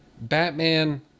Batman